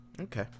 Okay